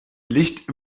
licht